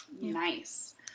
nice